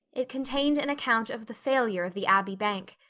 it contained an account of the failure of the abbey bank.